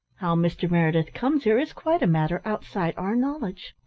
how mr. meredith comes here is quite a matter outside our knowledge,